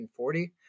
1940